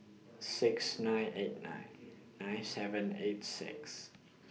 six nine eight nine nine seven eight six